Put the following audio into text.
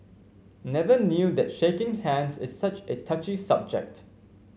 never knew that shaking hands is such a touchy subject